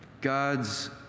God's